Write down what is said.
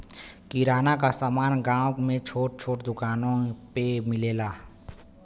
किराना क समान गांव में छोट छोट दुकानी पे मिलेला